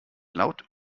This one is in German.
laut